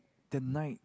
the night